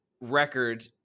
record